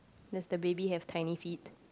does the baby have tiny feet